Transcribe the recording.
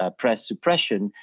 ah press suppression,